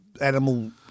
animal